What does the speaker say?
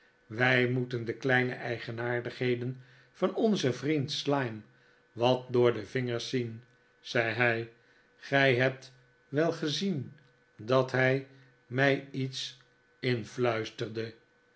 wij moeten de kleine eigenaardigheden van onzen vriend slyme wat door de vingers zien zei hij gij hebt wel gezien dat hij mij iets influisterde